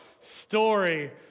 story